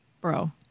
Bro